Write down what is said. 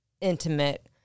intimate